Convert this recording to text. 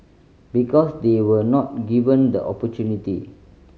because they were not given the opportunity